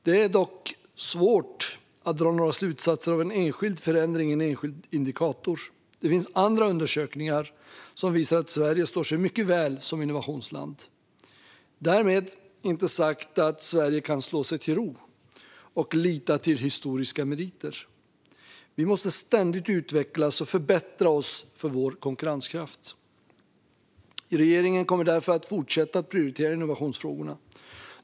Det är dock svårt att dra några slutsatser av en enskild förändring i en enskild indikator. Det finns andra undersökningar som visar att Sverige står sig mycket väl som innovationsland. Därmed inte sagt att Sverige kan slå sig till ro och lita till historiska meriter. Vi måste ständigt utvecklas och förbättra oss för vår konkurrenskraft. Regeringen kommer därför att fortsätta prioritera innovationsfrågorna.